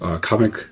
comic